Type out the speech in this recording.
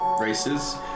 races